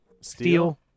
Steel